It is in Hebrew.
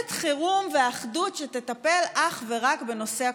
מממשלת חירום ואחדות שתטפל אך ורק בנושא הקורונה,